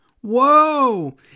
Whoa